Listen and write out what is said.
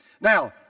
Now